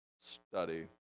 Study